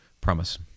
Promise